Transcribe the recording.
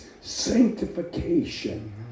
sanctification